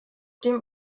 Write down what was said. dem